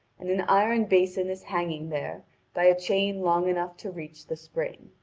and an iron basin is hanging there by a chain long enough to reach the spring.